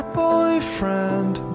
boyfriend